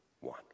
one